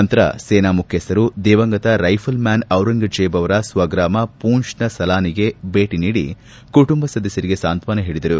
ನಂತರ ಸೇನಾಮುಖ್ಯಸ್ಥರು ದಿವಂಗತ ರೈಫಲ್ ಮ್ಡಾನ್ ಡಿರಂಗ್ಜೇಬ್ ಅವರ ಸ್ವಗ್ರಾಮ ಪೂಂಚ್ನ ಸಲಾನಿಗೆ ಭೇಟಿ ನೀಡಿ ಕುಟುಂಬ ಸದಸ್ಸರಿಗೆ ಸಾಂತ್ವಾನ ಹೇಳಿದರು